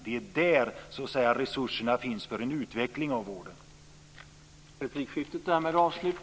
Det är där resurserna finns för en utveckling av vården.